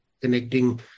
connecting